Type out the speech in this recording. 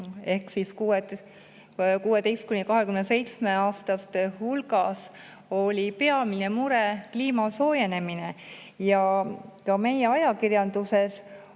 ehk 16–27‑aastaste hulgas oli peamine mure kliima soojenemine. Ka meie ajakirjanduses